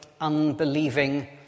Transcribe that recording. unbelieving